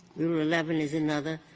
rule eleven is another.